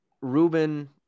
Ruben